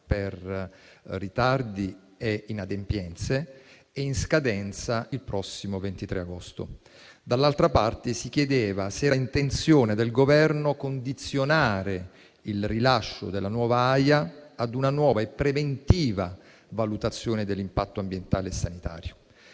per ritardi e inadempienze e in scadenza il prossimo 23 agosto; dall'altra, si chiedeva se era intenzione del Governo condizionare il rilascio della nuova AIA ad una nuova e preventiva valutazione dell'impatto ambientale e sanitario.